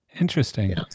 Interesting